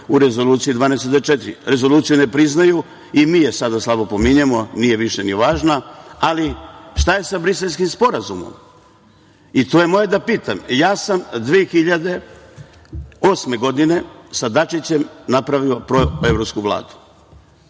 u Rezoluciji 1244? Rezoluciju ne priznaju i mi je sada slabo pominjemo, nije više ni važna, ali šta je sa Briselskim sporazumom, i to je moje da pitam. Godine 2008. sam sa Dačićem napravio proevropsku Vladu.